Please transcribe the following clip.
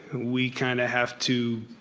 we kind of have to